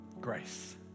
Grace